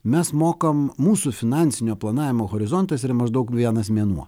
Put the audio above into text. mes mokam mūsų finansinio planavimo horizontas yra maždaug vienas mėnuo